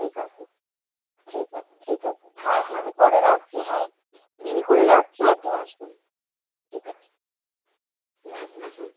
ঠিক আছে ঠিক আছে ঠিক আছে হ্যাঁ হ্যাঁ আমি করে রাখছি হ্যাঁ বিল করে রাখছি আপনি আসবেন ঠিক আছে হুম হুম হুম